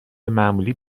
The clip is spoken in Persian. معمولی